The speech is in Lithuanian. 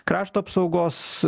krašto apsaugos